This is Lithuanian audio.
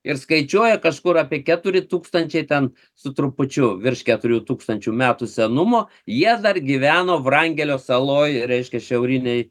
ir skaičiuoja kažkur apie keturi tūkstančiai ten su trupučiu virš keturių tūkstančių metų senumo jie dar gyveno vrangelio saloj reiškia šiaurinėj